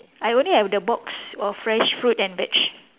I only have the box of fresh fruit and veg